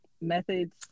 methods